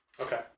Okay